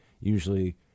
usually